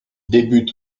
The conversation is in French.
débute